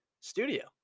studio